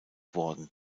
worden